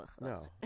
No